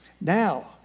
Now